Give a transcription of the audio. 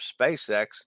spacex